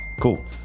cool